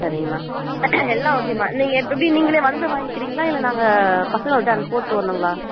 சரிங்க அம்மா எல்லாம் ஓகே அம்மா நீங்கள் எப்படி நீங்களே வந்து வாங்கிக்கிறீங்களா இல்லை நாங்கள் பசங்களை விட்டு போட்டு வரணுங்களா